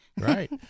Right